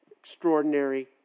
extraordinary